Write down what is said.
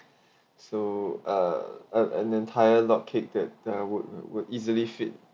so uh an entire log cake that that I would would easily fit